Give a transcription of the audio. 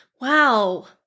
Wow